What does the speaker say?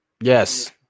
Yes